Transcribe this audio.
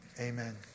Amen